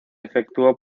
efectuó